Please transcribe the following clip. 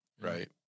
Right